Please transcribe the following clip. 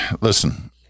listen